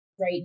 right